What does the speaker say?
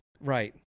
right